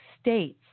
states